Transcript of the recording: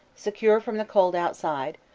secure from the cold outside,